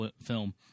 film